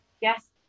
Yes